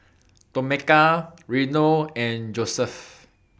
Tomeka Reno and Joeseph